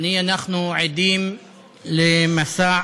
אנחנו עדים למסע